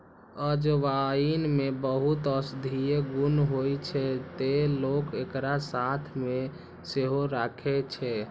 अजवाइन मे बहुत औषधीय गुण होइ छै, तें लोक एकरा साथ मे सेहो राखै छै